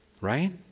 Right